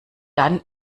dann